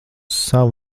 savu